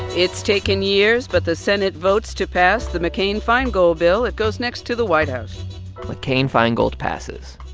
it's taken years, but the senate votes to pass the mccain-feingold bill. it goes next to the white house mccain-feingold passes.